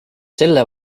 selle